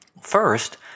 First